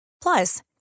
Plus